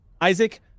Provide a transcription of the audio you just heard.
Isaac